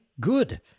good